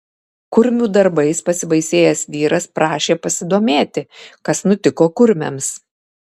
kurmių darbais pasibaisėjęs vyras prašė pasidomėti kas nutiko kurmiams